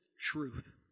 truth